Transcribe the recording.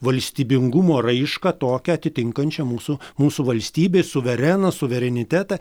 valstybingumo raišką tokią atitinkančią mūsų mūsų valstybės suvereną suverenitetą